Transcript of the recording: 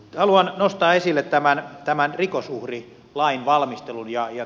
haluan nostaa esille rikosuhrilain valmistelun